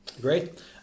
Great